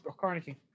Carnegie